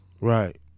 Right